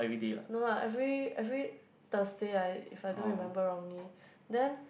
no lah every every Thursday ah if I don't remember wrongly then